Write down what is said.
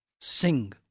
Sing